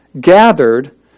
gathered